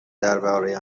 درباره